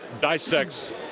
dissects